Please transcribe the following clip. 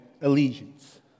allegiance